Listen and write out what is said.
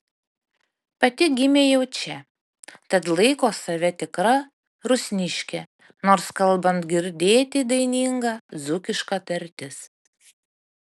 pati gimė jau čia tad laiko save tikra rusniške nors kalbant girdėti daininga dzūkiška tartis